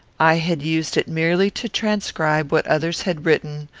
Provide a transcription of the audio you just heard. i had used it merely to transcribe what others had written,